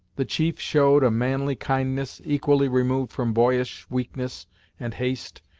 the chief showed a manly kindness, equally removed from boyish weakness and haste,